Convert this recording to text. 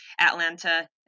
Atlanta